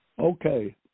okay